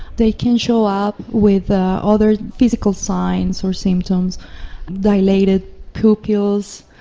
they can show up with ah other physical signs or symptoms dilated pupils,